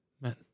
Man